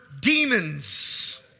demons